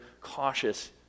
cautious